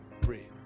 pray